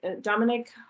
Dominic